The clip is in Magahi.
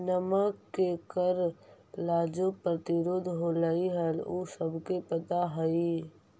नमक के कर ला जो प्रतिरोध होलई हल उ सबके पता हई